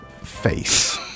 face